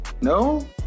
No